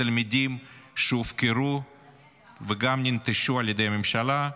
תלמידים שהופקרו וגם ננטשו על ידי הממשלה.